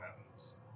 mountains